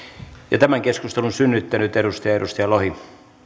tämän keskustelun synnyttänyt edustaja edustaja lohi